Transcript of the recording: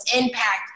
impact